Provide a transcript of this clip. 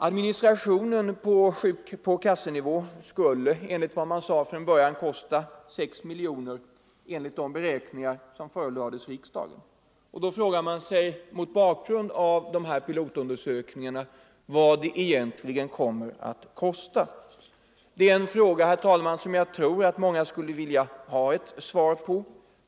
Administrationen på kassenivå skulle kosta 6 miljoner, enligt de beräkningar som från början förelades riksdagen. Mot bakgrunden av de här undersökningarna frågar man sig vad den egentligen kommer att kosta. Det är en fråga, herr talman, som jag tror att många skulle vilja ha ett svar på.